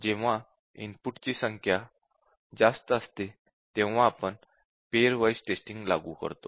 जेव्हा इनपुटची संख्या जास्त असते तेव्हा आपण पेअर वाइज़ टेस्टिंग लागू करतो